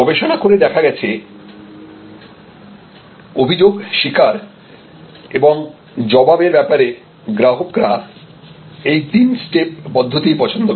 গবেষণা করে দেখা গেছে অভিযোগ স্বীকার এবং জবাব এর ব্যাপারে গ্রাহকরা এই তিন স্টেপ পদ্ধতি পছন্দ করে